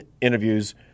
interviews